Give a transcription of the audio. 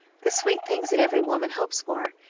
the sweet things that every woman hopes for,